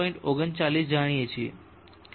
39 જાણીએ છીએ